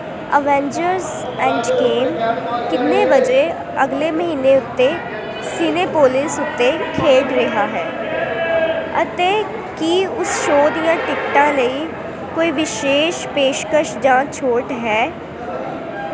Avengers Endgame ਕਿੰਨੇ ਵਜੇ ਅਗਲੇ ਮਹੀਨੇ ਉੱਤੇ ਸਿਨੇਪੋਲਿਸ ਉੱਤੇ ਖੇਡ ਰਿਹਾ ਹੈ ਅਤੇ ਕੀ ਉਸ ਸ਼ੋਅ ਦੀਆਂ ਟਿਕਟਾਂ ਲਈ ਕੋਈ ਵਿਸ਼ੇਸ਼ ਪੇਸ਼ਕਸ਼ ਜਾਂ ਛੋਟ ਹੈ